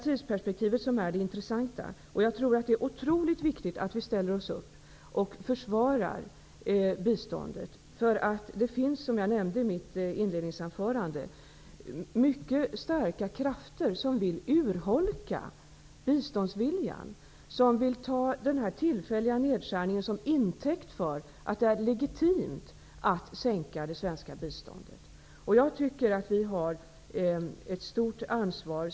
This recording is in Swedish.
Tidsperspektivet är det intressanta. Jag tror att det är otroligt viktigt att vi ställer oss upp och försvarar biståndet. Som jag nämnde i mitt inledningsanförande finns mycket starka krafter som vill urholka biståndsviljan och ta denna tillfälliga nedskärning till intäkt för att det är legitimt att sänka det svenska biståndet. Jag tycker att vi har ett stort ansvar.